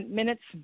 minutes